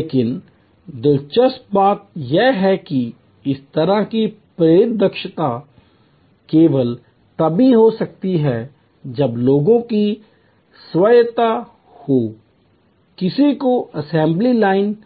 लेकिन दिलचस्प बात यह है कि इस तरह की प्रेरित दक्षता केवल तभी हो सकती है जब लोगों को स्वायत्तता हो किसी को असेंबली लाइन